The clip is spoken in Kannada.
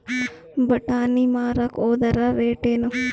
ಬಟಾನಿ ಮಾರಾಕ್ ಹೋದರ ರೇಟೇನು?